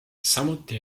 samuti